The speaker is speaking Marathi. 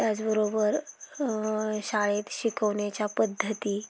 त्याचबरोबर शाळेत शिकवण्याच्या पद्धती